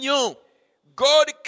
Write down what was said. God